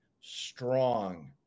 strong